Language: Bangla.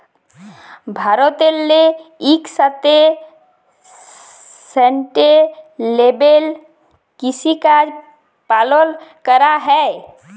ভারতেল্লে ইকসাথে সাস্টেলেবেল কিসিকাজ পালল ক্যরা হ্যয়